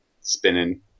spinning